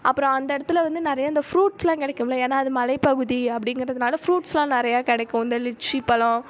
அப்புறம் அந்த இடத்துல வந்து நிறையா இந்த ஃபுரூட்ஸ்லாம் கிடைக்கும்ல ஏன்னால் அது மலைப்பகுதி அப்படிங்கிறதுனால ஃபுரூட்ஸ்லாம் நிறைய கிடைக்கும் இந்த லிச்சி பழம்